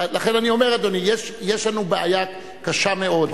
לכן אני אומר, אדוני: יש לנו בעיה קשה מאוד.